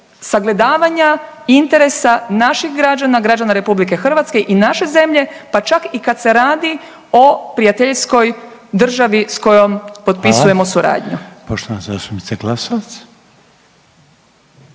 sagledavanja interesa naših građana, građana Republike Hrvatske i naše zemlje, pa čak i kad se radi o prijateljskoj državi s kojom potpisujemo suradnju.